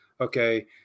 okay